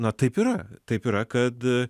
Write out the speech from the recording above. na taip yra taip yra kad